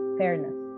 fairness